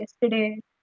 yesterday